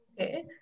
Okay